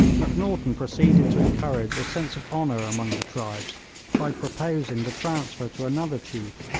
macnaghten proceeded to encourage a sense of honour among the tribes by proposing the transfer to another chief,